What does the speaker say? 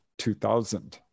2000